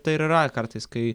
tai ir yra kartais kai